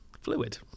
fluid